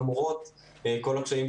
למרות כל הקשיים,